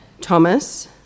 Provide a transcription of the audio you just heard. Thomas